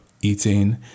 eating